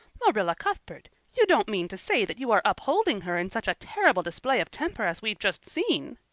marilla cuthbert, you don't mean to say that you are upholding her in such a terrible display of temper as we've just seen?